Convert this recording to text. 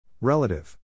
Relative